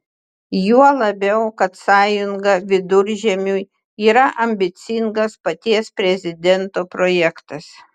juo labiau kad sąjunga viduržemiui yra ambicingas paties prezidento projektas